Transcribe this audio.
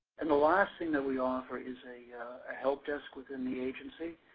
and the last thing that we offer is a ah help desk within the agency.